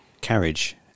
carriage